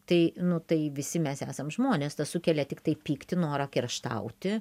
tai nu tai visi mes esam žmonės tas sukelia tiktai pyktį norą kerštauti